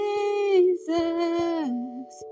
Jesus